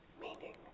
Meaning